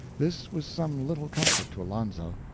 this was some little comfort to alonzo.